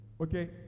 Okay